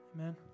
Amen